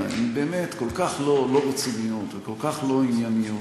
הן באמת כל כך לא רציניות וכל כך לא ענייניות.